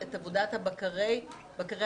בבקשה,